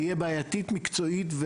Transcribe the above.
תהיה בעייתית מקצועית,